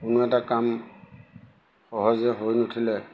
কোনো এটা কাম সহজে হৈ নুঠিলে